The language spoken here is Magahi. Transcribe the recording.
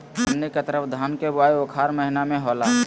हमनी के तरफ धान के बुवाई उखाड़ महीना में होला